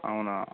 అవునా